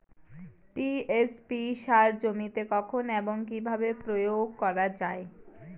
TSP সার জমিতে কখন এবং কিভাবে প্রয়োগ করা য়ায়?